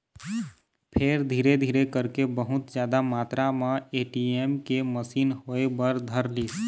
फेर धीरे धीरे करके बहुत जादा मातरा म ए.टी.एम के मसीन होय बर धरलिस